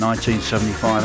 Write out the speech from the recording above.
1975